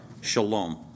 Shalom